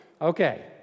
Okay